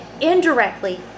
indirectly